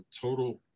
total